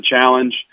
challenge